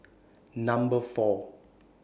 Number four